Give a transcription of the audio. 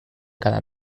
cada